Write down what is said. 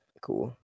Cool